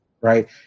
Right